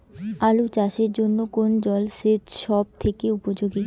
আলু চাষের জন্য কোন জল সেচ সব থেকে উপযোগী?